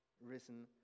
risen